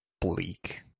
bleak